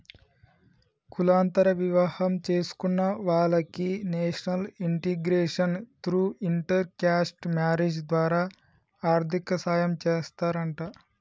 కులాంతర వివాహం చేసుకున్న వాలకి national integration through inter caste marriage ద్వారా ఆర్థిక సాయం చేస్తారంట